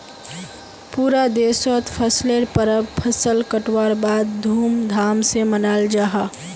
पूरा देशोत फसलेर परब फसल कटवार बाद धूम धाम से मनाल जाहा